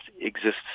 exists